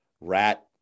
rat